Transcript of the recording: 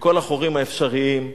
מכל החורים האפשריים.